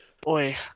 Boy